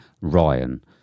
Ryan